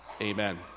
amen